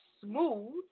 Smooth